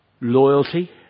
loyalty